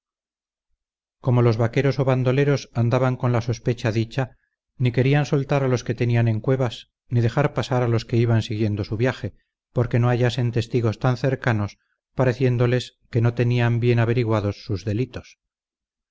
como los vaqueros o bandoleros andaban con la sospecha dicha ni querían soltar a los que tenían en cuevas ni dejar pasar a los que iban siguiendo su viaje porque no hallasen testigos tan cercanos pareciéndoles que no tenían bien averiguados sus delitos